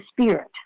Spirit